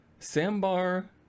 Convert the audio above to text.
Sambar